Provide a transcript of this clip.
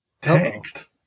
tanked